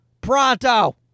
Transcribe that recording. Pronto